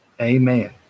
Amen